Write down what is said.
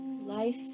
Life